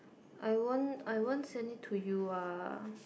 I won't I won't send it to you ah